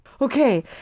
Okay